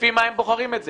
לפי מה הם בוחרים את זה?